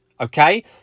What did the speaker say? okay